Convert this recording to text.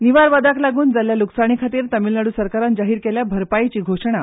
निवार वादळाक लागून जाल्ले लूकसाणे खातीर तामीळनाड्र सरकारान जाहीर केल्या भरपायेची घोशणा